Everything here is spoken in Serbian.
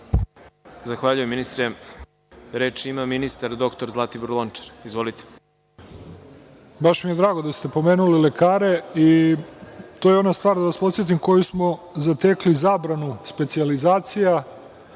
Zahvaljujem, ministre. Reč ima ministar dr Zlatibor Lončar. Izvolite. **Zlatibor Lončar** Baš mi je drago da ste pomenuli lekare i to je ona stvar, da vas podsetim, koju smo zatekli zabranom specijalizacija.